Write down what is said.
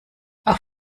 auch